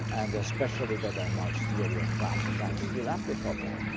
and especially whether marx's theory of classes are still applicable.